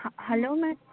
हा hello ma'am